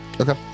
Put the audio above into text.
Okay